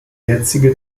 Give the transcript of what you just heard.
jetzige